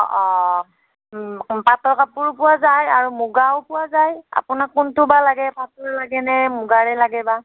অঁ পাটৰ কাপোৰ পোৱা যায় আৰু মুগাৰো পোৱা যায় আপোনাক কোনটো বা লাগে পাটৰ লাগে নে মুগাৰে লাগে বা